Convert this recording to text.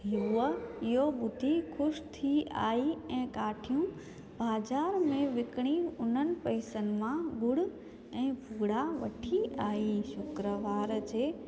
हूअ इयो ॿुधी ख़ुशि थी आई ऐं काठियूं बाज़ारि में विकिड़ी उन्हनि पैसनि मां ॻुड़ ऐं भुॻिड़ा वठी आई शुक्रवार जे